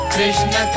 Krishna